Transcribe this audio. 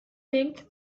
think